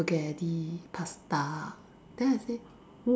spaghetti pasta then I say